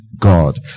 God